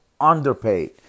underpaid